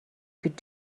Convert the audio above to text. could